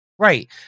Right